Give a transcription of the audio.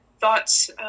thoughts